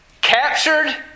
Captured